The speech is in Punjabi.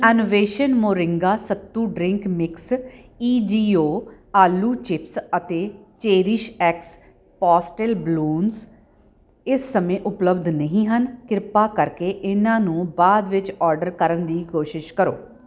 Anveshan moringa sattu drink mix E G O aloo chips ਅਤੇ ਚੇਰੀਸ਼ਐਕਸ ਪਾਸਟੇਲ ਬਲੂਨਜ਼ ਇਸ ਸਮੇਂ ਉਪਲੱਬਧ ਨਹੀਂ ਹਨ ਕਿਰਪਾ ਕਰਕੇ ਇਹਨਾਂ ਨੂੰ ਬਾਅਦ ਵਿੱਚ ਔਰਡਰ ਕਰਨ ਦੀ ਕੋਸ਼ਿਸ਼ ਕਰੋ